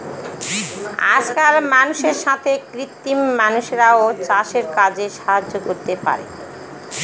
আজকাল মানুষের সাথে কৃত্রিম মানুষরাও চাষের কাজে সাহায্য করতে পারে